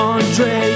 Andre